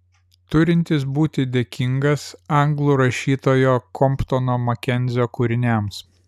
turintis būti dėkingas anglų rašytojo komptono makenzio kūriniams